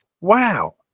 Wow